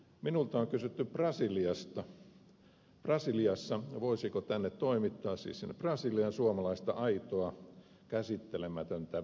minulta on kysytty brasiliassa voisiko sinne brasiliaan toimittaa suomalaista aitoa käsittelemätöntä vettä